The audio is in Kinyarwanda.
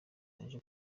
aje